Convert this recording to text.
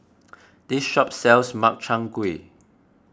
this shop sells Makchang Gui